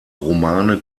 romane